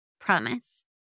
promise